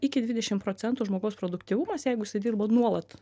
iki dvidešim procentų žmogaus produktyvumas jeigu jisai dirbo nuolat